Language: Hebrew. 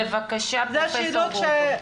בבקשה, פרופ' גרוטו.